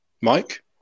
Mike